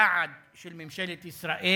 היעד של ממשלת ישראל.